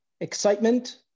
excitement